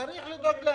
ועצמאים?